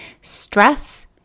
stress